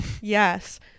Yes